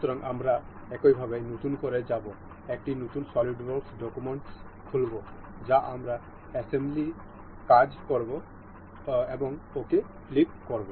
সুতরাং আমরা একই ভাবে নতুন করে যাব আমরা একটি নতুন সলিডওয়ার্কস ডকুমেন্ট খুলব যা আমরা অ্যাসেম্বলিতে কাজ করব OK ক্লিক করুন